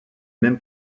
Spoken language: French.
même